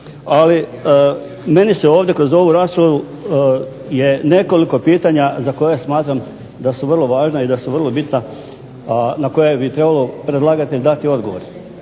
tim. Meni je ovdje kroz ovu raspravu nekoliko pitanja za koja smatram da su vrlo važna i vrlo bitna na koje bi trebao predlagatelj dati odgovor.